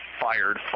fired